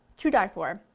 to die for.